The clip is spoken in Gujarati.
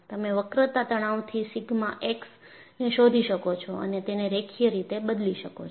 તમે વક્રતા તણાવથી સિગ્મા એક્સ ને શોધી શકો છો અને તેને રેખીય રીતે બદલી શકો છો